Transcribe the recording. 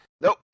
nope